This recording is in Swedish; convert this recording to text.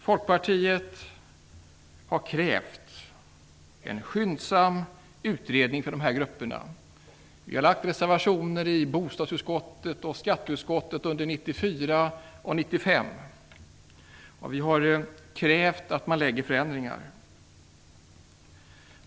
Folkpartiet har krävt en skyndsam utredning för dessa grupper. Vi har lagt fram reservationer i bostadsutskottet och skatteutskottet under 1994 och 1995. Vi har krävt att man lägger fram förslag om förändringar.